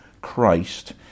Christ